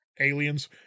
aliens